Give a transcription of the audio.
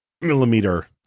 millimeter